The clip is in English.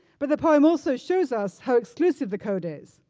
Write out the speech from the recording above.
but the poem also shows us how exclusive the code is.